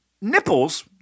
Nipples